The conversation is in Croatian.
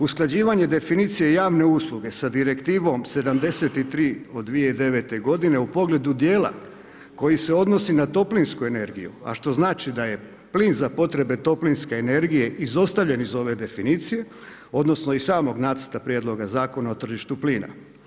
Usklađivanje definicije javne usluge sa direktivom 73/2009 godine u pogledu dijela koji se odnosi na toplinsku energiju, a što znači da je plin za potrebe toplinske energije izostavljen iz ove definicije odnosno iz samog Nacrta prijedloga zakona o tržištu plina.